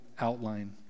outline